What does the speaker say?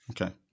okay